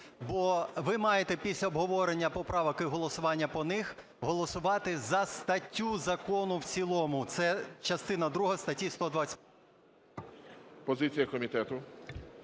Бо ви маєте після обговорення поправок і голосування по них голосувати за статтю закону в цілому. Це частина друга статті… ГОЛОВУЮЧИЙ. Позиція комітету.